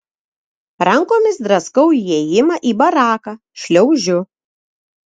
rankomis draskau įėjimą į baraką šliaužiu